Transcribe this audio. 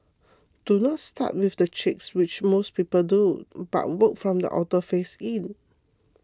do not start with the cheeks which most people do but work from the outer face in